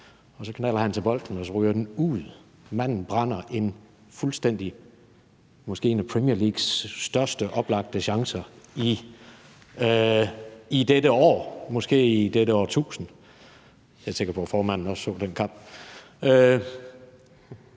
og så knalder han til bolden, og så ryger den ud – manden brænder fuldstændig en af måske Premier Leagues største oplagte chancer i dette år, måske i dette årtusind. Jeg tænker, at formanden også så den kamp.